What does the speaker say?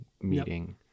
meeting